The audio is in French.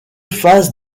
phases